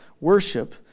worship